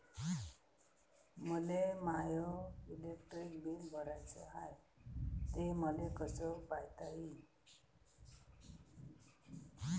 मले माय electric bill भराचं हाय, ते मले कस पायता येईन?